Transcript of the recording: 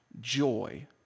joy